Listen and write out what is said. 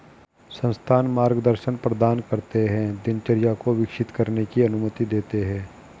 संस्थान मार्गदर्शन प्रदान करते है दिनचर्या को विकसित करने की अनुमति देते है